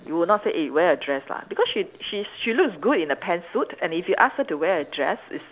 you will not say eh wear a dress lah because she she's she looks good in a pantsuit and if you ask her to wear a dress it's